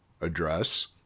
address